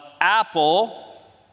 Apple